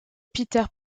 peter